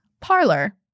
parlor